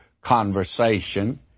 conversation